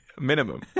minimum